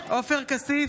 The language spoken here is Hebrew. כסיף,